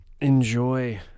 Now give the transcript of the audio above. enjoy